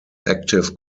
active